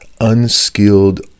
unskilled